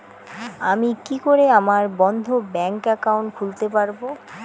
আমি কি করে আমার বন্ধ ব্যাংক একাউন্ট খুলতে পারবো?